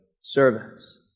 service